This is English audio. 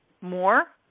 more